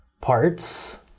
parts